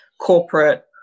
corporate